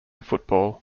football